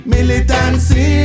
Militancy